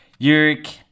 Yurik